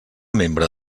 membre